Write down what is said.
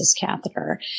catheter